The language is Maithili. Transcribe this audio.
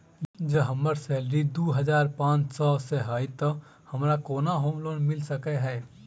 जँ हम्मर सैलरी दु हजार पांच सै हएत तऽ हमरा केतना होम लोन मिल सकै है?